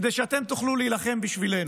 כדי שאתם תוכלו להילחם בשבילנו?